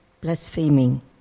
blaspheming